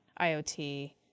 IoT